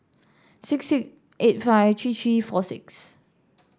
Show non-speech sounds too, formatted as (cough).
six six eight five three three four six (noise)